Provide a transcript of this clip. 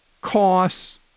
costs